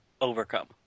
overcome